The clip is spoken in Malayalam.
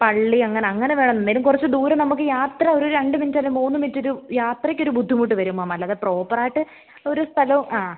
പള്ളി അങ്ങനെ അങ്ങനെ വേണം എന്തായാലും കുറച്ച് ദൂരം നമുക്ക് യാത്ര ഒരു രണ്ട് മിനിറ്റ് അല്ല മൂന്ന് മിനിറ്റ് ഒരു യാത്രയ്ക്കൊരു ബുദ്ധിമുട്ട് വരും മാം അല്ലാതെ പ്രോപ്പർ ആയിട്ട് ഒരു സ്ഥലം ആ